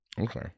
Okay